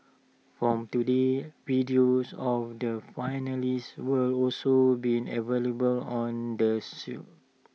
from today videos of the finalists will also be available on the